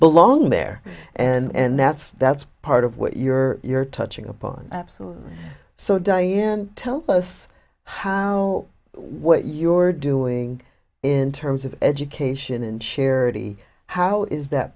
belong there and that's that's part of what you're you're touching upon absolutely so don't even tell us how what you're doing in terms of education and charity how is that